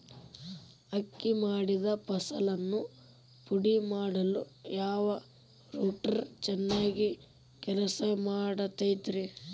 ಅಕ್ಕಿ ಮಾಡಿದ ಫಸಲನ್ನು ಪುಡಿಮಾಡಲು ಯಾವ ರೂಟರ್ ಚೆನ್ನಾಗಿ ಕೆಲಸ ಮಾಡತೈತ್ರಿ?